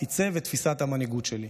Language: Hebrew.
עיצב את תפיסת המנהיגות שלי: